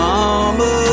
Mama